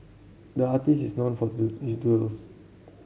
the artist is known for is doodles